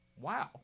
wow